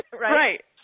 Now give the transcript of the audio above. Right